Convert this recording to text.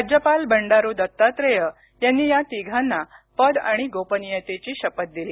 राज्यपाल बंडारू दत्तात्रेय यांनी या तिघांना पद आणि गोपनीयतेची शपथ दिली